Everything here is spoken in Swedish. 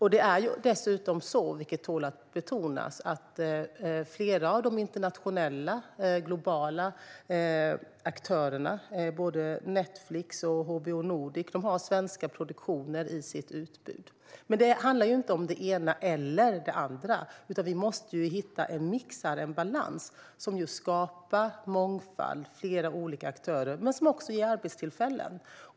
Flera av de globala aktörerna, både Netflix och HBO Nordic, har dessutom, vilket tål att betonas, svenska produktioner i sitt utbud. Men detta handlar inte om det ena eller det andra. Vi måste hitta en mix och en balans som skapar mångfald med flera olika aktörer men som också ger arbetstillfällen.